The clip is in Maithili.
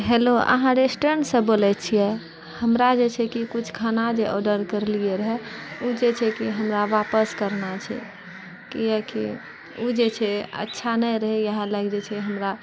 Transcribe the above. हैलो अहाँ रेस्टोरेन्टसँ बोलैत छियै हमरा जे छै कि कुछ खाना जे आर्डर करलियै रहऽ ओ जे छै कि हमरा आपस करना छै किआकि ओ जे छै अच्छा नहि रहय इएह लय जे हमरा